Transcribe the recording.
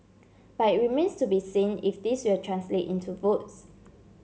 but it remains to be seen if this will translate into votes